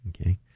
Okay